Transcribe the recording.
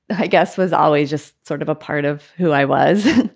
i guess, was always just sort of a part of who i was.